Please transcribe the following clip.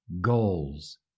goals